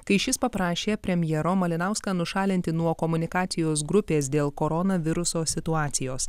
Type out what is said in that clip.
kai šis paprašė premjero malinauską nušalinti nuo komunikacijos grupės dėl koronaviruso situacijos